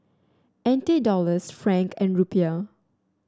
N T Dollars franc and Rupiah